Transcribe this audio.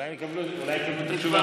אולי הם קיבלו את התשובה.